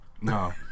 No